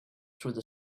through